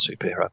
superhero